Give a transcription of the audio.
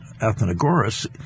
Athenagoras